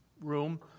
room